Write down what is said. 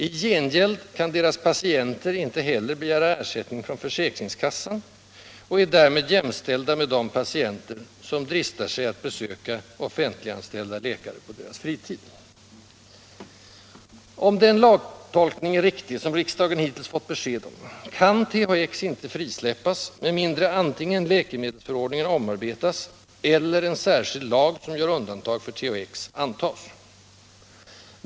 I gengäld kan deras patienter inte heller begära ersättning från försäkringskassan och är därmed jämställda med de patienter som dristar sig att besöka offentliganställda läkare på deras fritid. Om den lagtolkning är riktig, som riksdagen hittills it besked om, kan THX inte frisläppas med mindre antingen läkemedelsförordningen omarbetas eller en särskild lag, som gör undantag för THX, antages.